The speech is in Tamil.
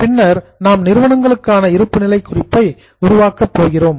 பின்னர் நாம் நிறுவனங்களுக்கான இருப்புநிலை குறிப்பை உருவாக்கப் போகிறோம்